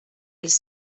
els